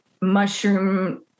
mushroom